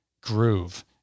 groove